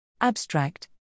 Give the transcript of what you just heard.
Abstract